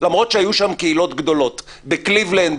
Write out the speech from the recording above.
למרות שהיו שם קהילות גדולות בקליבלנד,